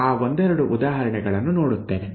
ನಾವು ಆ ಒಂದೆರಡು ಉದಾಹರಣೆಗಳನ್ನು ನೋಡುತ್ತೇವೆ